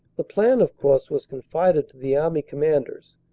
the plan, of course, was confided to the army command ers.